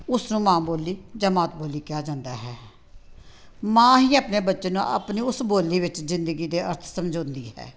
ਉਸ ਨੂੰ ਮਾਂ ਬੋਲੀ ਜਾਂ ਮਾਤ ਬੋਲੀ ਕਿਹਾ ਜਾਂਦਾ ਹੈ ਮਾਂ ਹੀ ਆਪਣੇ ਬੱਚੇ ਨੂੰ ਆਪਣੀ ਉਸ ਬੋਲੀ ਵਿੱਚ ਜ਼ਿੰਦਗੀ ਦੇ ਅਰਥ ਸਮਝਾਉਂਦੀ ਹੈ